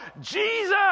Jesus